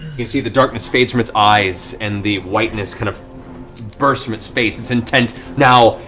you can see the darkness fades from its eyes and the whiteness kind of bursts from its face. it's intent now,